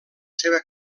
seva